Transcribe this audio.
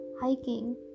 hiking